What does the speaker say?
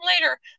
later